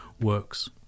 works